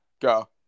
go